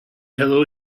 hello